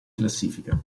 classifica